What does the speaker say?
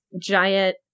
giant